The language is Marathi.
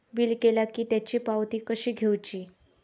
बिल केला की त्याची पावती कशी घेऊची?